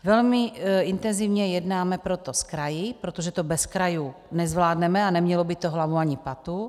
Velmi intenzivně jednáme proto s kraji, protože to bez krajů nezvládneme a nemělo by to hlavu ani patu.